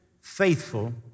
faithful